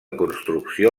construcció